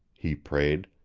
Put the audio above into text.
he prayed,